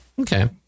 Okay